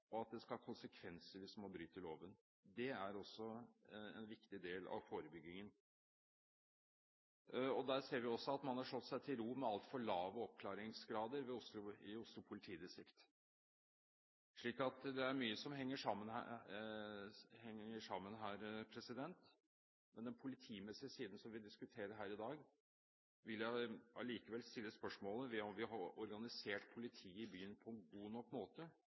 og at det skal ha konsekvenser hvis man bryter loven. Det er også en viktig del av forebyggingen. Man ser også at man har slått seg til ro med altfor lav oppklaringsgrad i Oslo politidistrikt. Så det er mye som henger sammen her. Men når det gjelder den politimessige siden, som vi diskuterer her i dag, vil jeg likevel stille spørsmålet: Har vi organisert politiet i byen på en god nok måte,